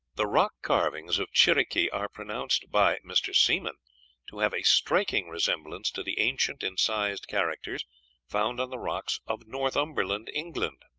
the rock-carvings of chiriqui are pronounced by mr. seemann to have a striking resemblance to the ancient incised characters found on the rocks of northumberland, england.